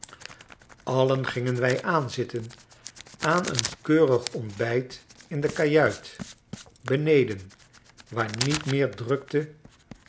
allen gingen wij aanzitten aan een keurig ontbijt in de kajuit beneden waar niet meer drukte